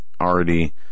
already